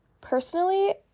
Personally